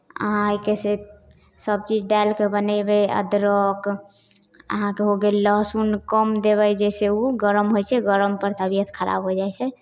अहाँ एहिके से सभ चीज डालि कऽ बनेबै अदरक अहाँके हो गेल लहसुन कम देबै जैसे ओ गरम होइ छै गरमपर तबियत खराब हो जाइ छै